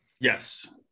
Yes